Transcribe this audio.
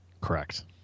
correct